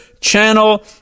channel